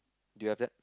do you have that